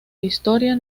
historia